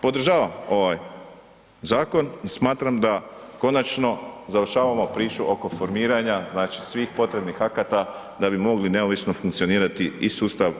Podržavam ovaj zakon i smatram da konačno završavamo priču oko formiranja, znači svih potrebnih akata da bi mogli neovisno funkcionirati i sustav